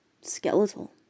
Skeletal